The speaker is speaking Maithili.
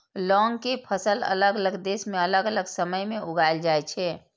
लौंग के फसल अलग अलग देश मे अलग अलग समय मे उगाएल जाइ छै